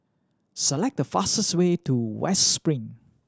select the fastest way to West Spring